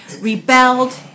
rebelled